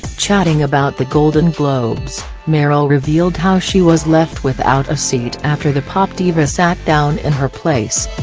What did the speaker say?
chatting about the golden globes, meryl revealed how she was left without a seat after the pop diva sat down in her place.